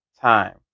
time